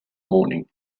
morning